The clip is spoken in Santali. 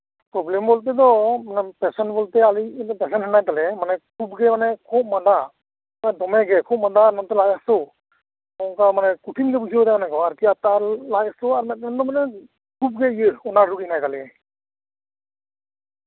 ᱯᱨᱚᱵᱞᱮᱢ ᱵᱚᱞᱛᱮ ᱫᱚ ᱯᱮᱥᱚᱱ ᱟᱞᱮᱭᱤᱡ ᱜᱮᱭ ᱛᱟᱦᱮᱸ ᱠᱟᱱ ᱛᱟᱞᱮᱭᱟ ᱢᱟᱱᱮ ᱠᱷᱩᱵ ᱜᱮ ᱚᱱᱮ ᱠᱷᱩᱜ ᱢᱟᱸᱫᱟ ᱫᱚᱢᱮ ᱜᱮ ᱠᱷᱩᱜ ᱢᱟᱸᱫᱟ ᱱᱚᱛᱮ ᱞᱟᱡ ᱦᱟᱥᱩ ᱚᱱᱠᱟ ᱢᱟᱱᱮ ᱠᱩᱴᱷᱤᱱ ᱜᱮᱭ ᱵᱩᱡᱷᱟᱹᱣ ᱮᱫᱟ ᱟᱨᱠᱤ ᱢᱤᱫᱴᱮᱱ ᱫᱚ ᱢᱟᱱᱮ ᱠᱷᱩᱵᱜᱮ ᱤᱭᱟᱹ ᱚᱱᱟᱨ ᱨᱩᱜᱤ ᱦᱮᱱᱟᱭ ᱛᱟᱞᱮᱭᱟ